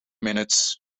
minutes